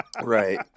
Right